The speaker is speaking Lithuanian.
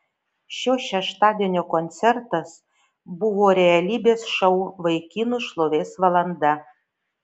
šio šeštadienio koncertas buvo realybės šou vaikinų šlovės valanda